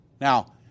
Now